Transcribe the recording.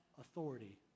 authority